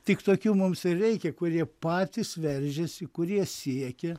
tik tokių mums ir reikia kurie patys veržiasi kurie siekia